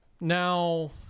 Now